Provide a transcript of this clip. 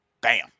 Bam